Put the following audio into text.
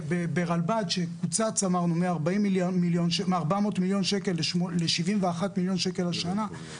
ברלב"ד שקוצץ אמרנו מ-400 מיליון שקל ל-71 מיליון שקל השנה,